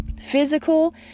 physical